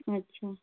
अच्छा